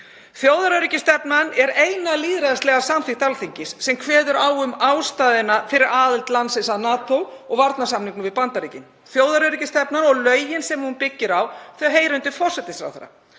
Þjóðaröryggisstefnan er eina lýðræðislega samþykkt Alþingis sem kveður á um ástæðuna fyrir aðild landsins að NATO og varnarsamningnum við Bandaríkin. Þjóðaröryggisstefnan og lögin sem hún byggir á heyra undir forsætisráðherra.